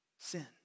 Sin